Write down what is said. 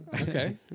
okay